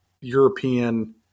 European